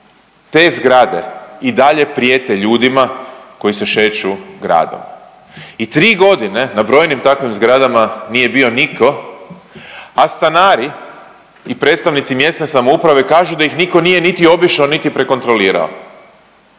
te zgrade i dalje prijete ljudima koji se šeću gradom. I tri godine na brojnim takvim zgradama nije bio nitko, a stanari i predstavnici mjesne samouprave kažu da ih nitko nije niti obišao niti prekontrolirao.